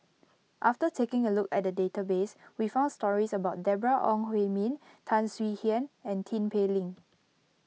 after taking a look at the database we found stories about Deborah Ong Hui Min Tan Swie Hian and Tin Pei Ling